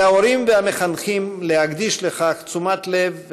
על ההורים והמחנכים להקדיש לכך תשומת לב,